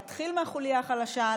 להתחיל מהחוליה החלשה,